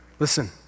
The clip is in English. Listen